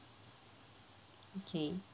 okay